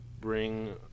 bring –